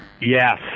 Yes